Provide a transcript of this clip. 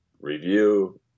review